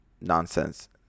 nonsense